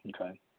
Okay